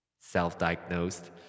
self-diagnosed